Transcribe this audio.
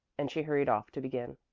and she hurried off to begin.